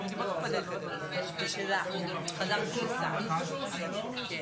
יש לנו דו"ח שפורסם ב-2020